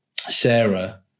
Sarah